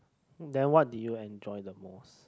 then what did you enjoy the most